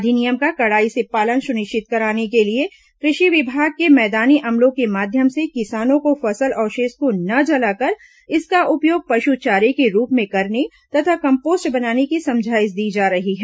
अधिनियम का कड़ाई से पालन सुनिश्चित कराने के लिए कृषि विभाग के मैदानी अमलों के माध्यम से किसानों को फसल अवशेष को न जलाकर इसका उपयोग पशु चारे के रूप में करने तथा कम्पोस्ट बनाने की समझाइश दी जा रही है